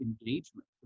engagement